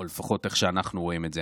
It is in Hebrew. או לפחות איך שאנחנו רואים את זה.